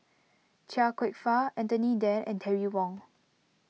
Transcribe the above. Chia Kwek Fah Anthony then and Terry Wong